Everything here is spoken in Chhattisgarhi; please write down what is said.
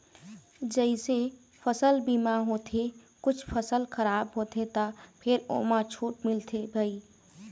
जइसे फसल बीमा होथे कुछ फसल खराब होथे त फेर ओमा छूट मिलथे भई